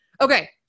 okay